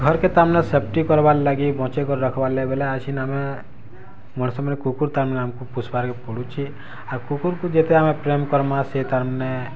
ଘର୍କେ ତାର୍ମାନେ ସେଫ୍ଟି କର୍ବାର୍ ଲାଗି ବଚାଇକରି ରଖବାର୍ ଲାଗି ବେଲେ ଏଇଛିନ୍ ଆମେ ମୋର୍ ସମୟରେ କୁକୁର୍ ତାର୍ମାନେ ଆମକୁ ପୁଷବାର୍ କେ ପଡ଼ୁଛେ ଆଉ କୁକୁର୍କୁ ଯେତେ ଆମେ ପ୍ରେମ୍ କର୍ମାଁ ସେ ତାର୍ମାନେ